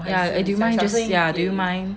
ya do you mind just do you mind